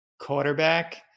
quarterback